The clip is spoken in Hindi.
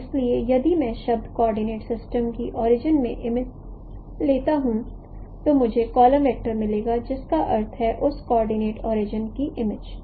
इसलिए यदि मैं शब्द कोऑर्डिनेट सिस्टम की ओरिजिन की इमेज लेता हूं तो मुझे कॉलम वेक्टर मिलेगा जिसका अर्थ उस कोऑर्डिनेट ओरिजिन की इमेज है